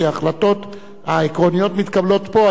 כי ההחלטות העקרוניות מתקבלות פה,